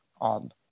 on